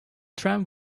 tram